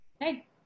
Hey